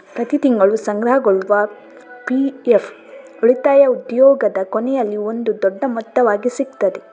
ಪ್ರತಿ ತಿಂಗಳು ಸಂಗ್ರಹಗೊಳ್ಳುವ ಪಿ.ಎಫ್ ಉಳಿತಾಯ ಉದ್ಯೋಗದ ಕೊನೆಯಲ್ಲಿ ಒಂದು ದೊಡ್ಡ ಮೊತ್ತವಾಗಿ ಸಿಗ್ತದೆ